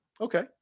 okay